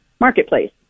Marketplace